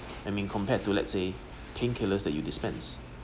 I mean compared to let's say painkillers that you dispense